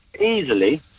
Easily